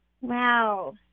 Wow